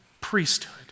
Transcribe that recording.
priesthood